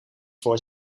voor